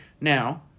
Now